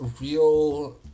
real